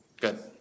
Good